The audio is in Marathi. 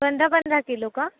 पंधरा पंधरा किलो का